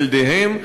ילדיהם?